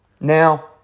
Now